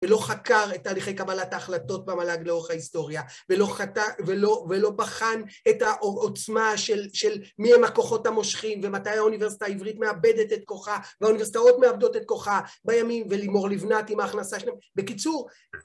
ולא חקר את תהליכי קבלת ההחלטות במל״ג לאורך ההיסטוריה, ולא בחן את העוצמה של מיהם הכוחות המושכים, ומתי האוניברסיטה העברית מאבדת את כוחה, והאוניברסיטאות מאבדות את כוחם בימין, ולימור לבנת עם ההכנסה שלהם. בקיצור,